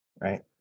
right